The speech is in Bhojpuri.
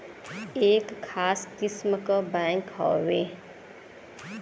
एक खास किस्म क बैंक हउवे